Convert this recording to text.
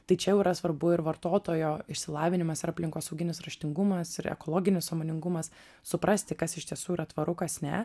tai čia jau yra svarbu ir vartotojo išsilavinimas ir aplinkosauginis raštingumas ir ekologinis sąmoningumas suprasti kas iš tiesų yra tvaru kas ne